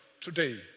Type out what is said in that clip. today